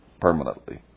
permanently